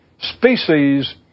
species